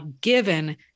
given